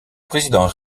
président